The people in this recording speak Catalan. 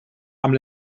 amb